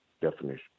definition